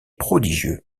prodigieux